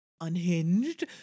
unhinged